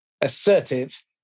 Assertive